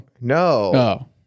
No